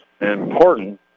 Important